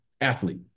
athlete